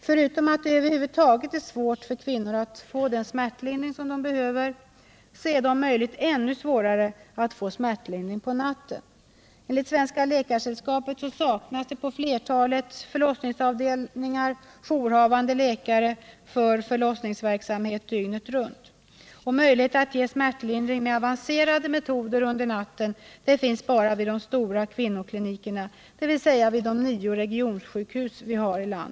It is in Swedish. Förutom att det över huvud taget är svårt för kvinnor att få den smärtlidring de behöver är det om möjligt ännu svårare att få smärtlindring under natten. Enligt Svenska läkaresällskapet finns på flertalet förlossningsavdelningar jourhavande läkare för förlossningsverksamhet dygnet runt. Möjlighet att ge smärtlindring med avancerade metoder under natten finns bara vid de stora kvinnorklinikerna, dvs. vid de nio regionsjukhusen.